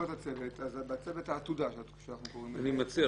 העתודה --- אורי,